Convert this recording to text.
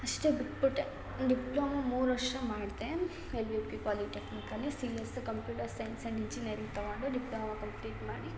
ಅಷ್ಟೇ ಬಿಟ್ಬಿಟ್ಟೆ ಡಿಪ್ಲೊಮೊ ಮೂರು ವರ್ಷ ಮಾಡಿದೆ ಎಲ್ ವಿ ಪಿ ಪಾಲಿಟೆಕ್ನಿಕ್ಕಲ್ಲಿ C S computer science and engineering ತಗೊಂಡು ಡಿಪ್ಲೊಮೊ ಕಂಪ್ಲೀಟ್ ಮಾಡಿ